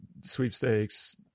sweepstakes